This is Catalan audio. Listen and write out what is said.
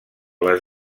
les